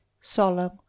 solemn